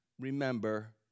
remember